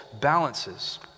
balances